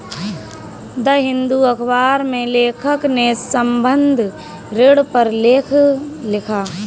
the Hindu अखबार में लेखक ने संबंद्ध ऋण पर लेख लिखा